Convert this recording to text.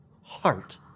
Heart